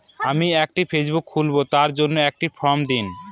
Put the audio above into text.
আমি একটি ফেসবুক খুলব তার জন্য একটি ফ্রম দিন?